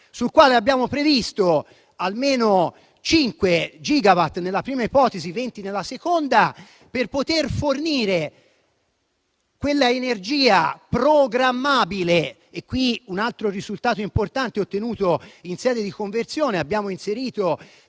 Su questo abbiamo previsto almeno 5 gigawatt nella prima ipotesi e 20 nella seconda, per poter fornire energia programmabile. Qui c'è un altro risultato importante ottenuto in sede di conversione: tra le priorità